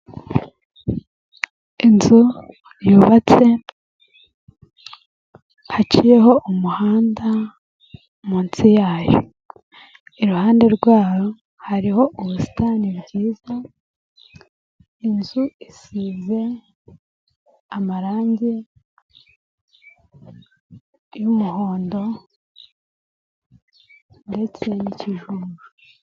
Inzu yubatse, haciyeho umuhanda munsi yayo, iruhande rwayo hariho ubusitani bwiza, inkuta zisize amarangi y'umuhondo ndetse n'ikijuju.